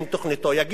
יגיד: חבר'ה,